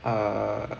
err